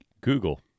google